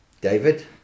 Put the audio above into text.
David